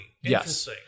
Yes